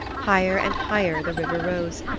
higher and higher the river rose,